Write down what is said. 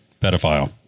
pedophile